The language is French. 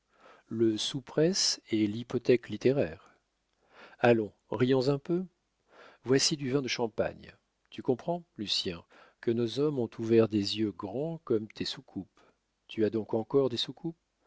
le sous presse est l'hypothèque littéraire allons rions un peu voici du vin de champagne tu comprends lucien que nos hommes ont ouvert des yeux grands comme tes soucoupes tu as donc encore des